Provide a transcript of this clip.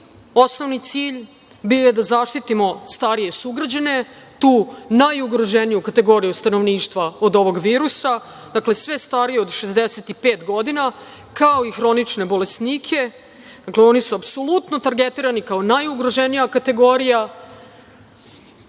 osnovni cilj bio je da zaštitimo starije sugrađane, tu najugroženiju kategoriju stanovništva, od ovog virusa, dakle, sve starije od 65 godina, kao i hronične bolesnike. Dakle, oni su apsolutno targetirani kao najugroženija kategorija